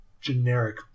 generic